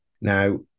Now